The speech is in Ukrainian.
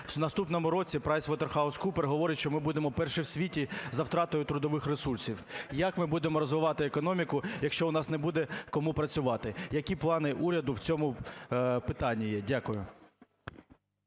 В наступному році PricewaterhouseCoopers говорить, що ми будемо перші в світі за втратою трудових ресурсів. Як ми будемо розвивати економіку, якщо у нас не буде кому працювати? Які плани уряду в цьому питанні є? Дякую.